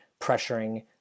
pressuring